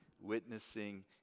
witnessing